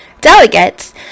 delegates